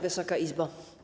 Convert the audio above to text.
Wysoka Izbo!